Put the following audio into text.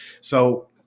So-